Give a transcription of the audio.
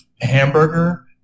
hamburger